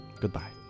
goodbye